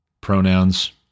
pronouns